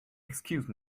excuse